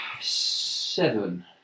seven